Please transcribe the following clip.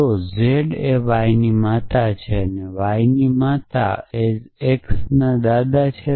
તો z એ y ની માતા છે અને x દાદા છે